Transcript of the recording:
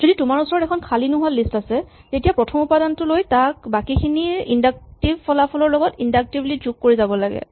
যদি তোমাৰ ওচৰত এখন খালী নোহোৱা লিষ্ট আছে তেতিয়া প্ৰথম উপাদানটো লৈ তাক বাকীখিনিৰ ইন্ডাক্টিভ ফলাফলৰ লগত ইন্ডাক্টিভলী যোগ কৰি যাব লাগে